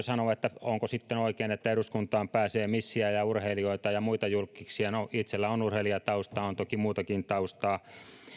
sanoa että onko sitten oikein että eduskuntaan pääsee missejä ja urheilijoita ja muita julkkiksia no itselläni on urheilijatausta on toki muutakin taustaa